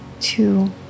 two